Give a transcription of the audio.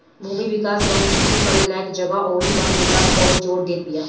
भूमि विकास बैंक खेती करे लायक जगह अउरी वन विकास पअ जोर देत बिया